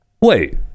wait